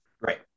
Right